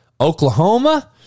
Oklahoma